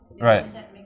Right